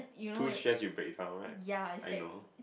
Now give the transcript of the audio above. too stress you'll break down right I know